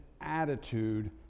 attitude